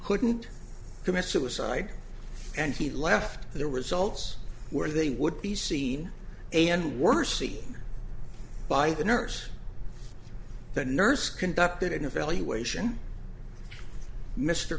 couldn't commit suicide and he left the results where they would be seen and worst seen by the nurse the nurse conducted an evaluation mr